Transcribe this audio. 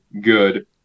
good